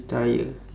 retire